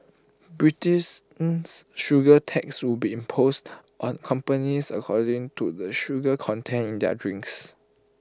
sugar tax would be imposed on companies according to the sugar content in their drinks